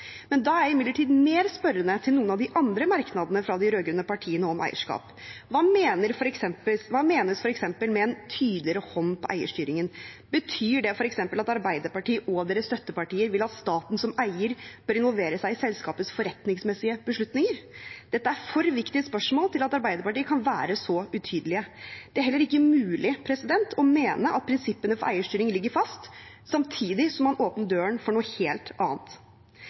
Men jeg er mer spørrende til noen av de andre merknadene fra de rød-grønne partiene om eierskap. Hva menes f.eks. med «en tydeligere hånd» på eierstyringen? Betyr det f.eks. at Arbeiderpartiet og deres støttepartier vil at staten som eier bør involvere seg i selskapets forretningsmessige beslutninger? Dette er for viktige spørsmål til at Arbeiderpartiet kan være så utydelige. Det er heller ikke mulig å mene at prinsippene for eierstyring ligger fast samtidig som man åpner døren for noe helt annet.